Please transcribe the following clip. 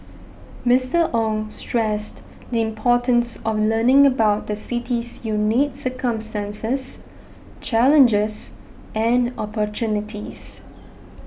Mister Ong stressed the importance of learning about the city's unique circumstances challenges and opportunities